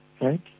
Right